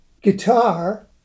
guitar